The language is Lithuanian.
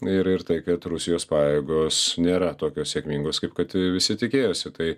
ir ir tai kad rusijos pajėgos nėra tokios sėkmingos kaip kad visi tikėjosi tai